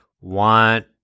want